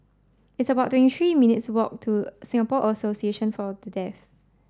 it's about twenty three minutes walk to Singapore Association for The Deaf